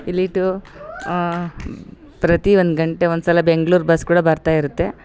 ಇಲ್ಲಿ ಇಟ್ಟು ಪ್ರತಿಯೊಂದು ಗಂಟೆ ಒಂದುಸಲ ಬೆಂಗ್ಳೂರು ಬಸ್ ಕೂಡ ಬರ್ತ ಇರುತ್ತೆ